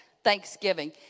Thanksgiving